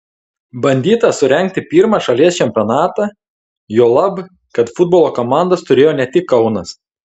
bandyta surengti pirmą šalies čempionatą juolab kad futbolo komandas turėjo ne tik kaunas